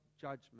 judgment